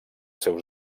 seus